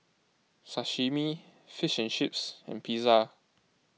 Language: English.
Sashimi Fish and Chips and Pizza